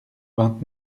vingt